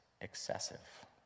excessive